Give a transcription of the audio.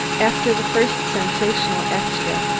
after the first sensational extra,